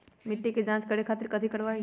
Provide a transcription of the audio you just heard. मिट्टी के जाँच करे खातिर कैथी करवाई?